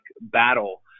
battle